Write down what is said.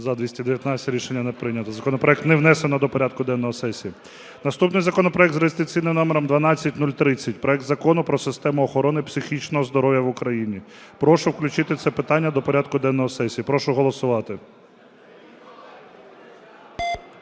За-219 Рішення не прийнято. Законопроект не внесено до порядку денного сесії. Наступний законопроект за реєстраційним номером 12030: проект Закону про систему охорони психічного здоров'я в Україні. Прошу включити це питання до порядку денного сесії. Прошу голосувати.